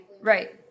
right